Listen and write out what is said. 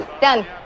Done